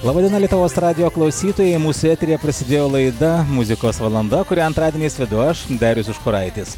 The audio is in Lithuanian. laba diena lietuvos radijo klausytojai mūsų eteryje prasidėjo laida muzikos valanda kurią antradieniais vedu aš darius užkuraitis